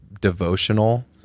devotional